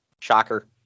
Shocker